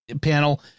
panel